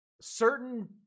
Certain